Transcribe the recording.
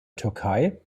türkei